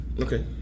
okay